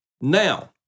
Now